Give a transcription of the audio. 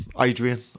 Adrian